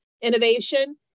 innovation